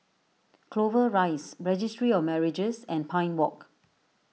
Clover Rise Registry of Marriages and Pine Walk